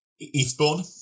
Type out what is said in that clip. eastbourne